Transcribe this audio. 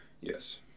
Yes